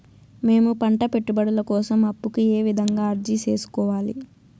మేము పంట పెట్టుబడుల కోసం అప్పు కు ఏ విధంగా అర్జీ సేసుకోవాలి?